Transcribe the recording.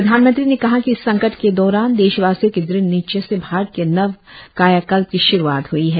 प्रधानमंत्री ने कहा कि इस संकट के दौरान देशवासियों के दृढ़ निश्चय से भारत के नव कायाकल्प की श्रूआत हुई है